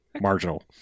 marginal